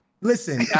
Listen